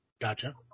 Gotcha